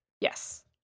Yes